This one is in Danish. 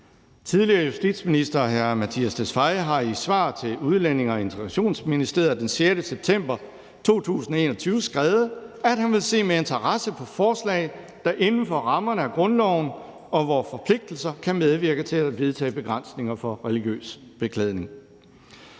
Tidligere justitsminister hr. Mattias Tesfaye har i et svar til Udlændinge- og Integrationsministeriet den 6. september 2021 skrevet, at han vil se med interesse på forslag, der inden for rammerne af grundloven og vore forpligtelser kan medvirke til at vedtage begrænsninger for religiøs beklædning.